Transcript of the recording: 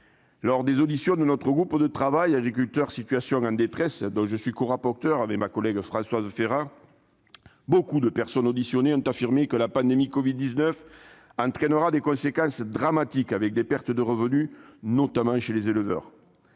Lors des auditions de notre groupe de travail « Agriculteurs en situation de détresse », dont je suis corapporteur avec Françoise Férat, de nombreux intervenants ont affirmé que la pandémie de Covid-19 entraînerait des conséquences dramatiques et des pertes de revenus, notamment chez les éleveurs.